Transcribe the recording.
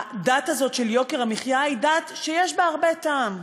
הדת הזאת של יוקר המחיה יש בה הרבה טעם,